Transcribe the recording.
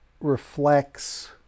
reflects